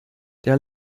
der